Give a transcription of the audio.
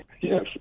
Yes